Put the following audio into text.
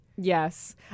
Yes